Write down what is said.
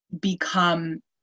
become